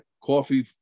coffee